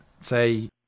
say